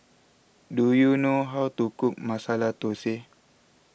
do you know how to cook Masala Thosai